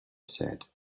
said